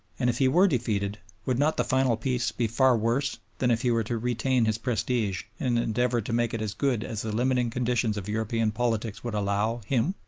and if he were defeated, would not the final peace be far worse than if he were to retain his prestige and endeavor to make it as good as the limiting conditions of european politics would allow, him?